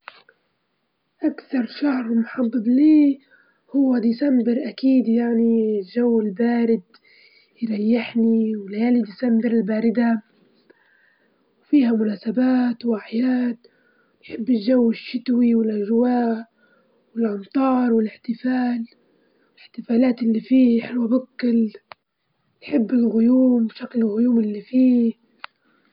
نتمنى لو كان عندي مهارة الطيران، لإنها بتعطي شعور بالحرية وتجدر توصل لأماكن بعيدة بسرعة، دايمًا كنت نحلم إني نكون جادرة نطير في السماء وإني نجدر نطول السحاب ونكون حرة.